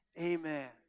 amen